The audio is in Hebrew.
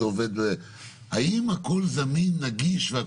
האם הכול זמין, נגיש?